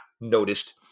noticed